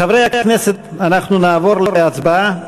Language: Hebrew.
חברי הכנסת, אנחנו נעבור להצבעה.